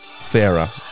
Sarah